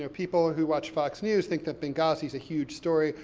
ah people who watch fox news think that benghazi's a huge story.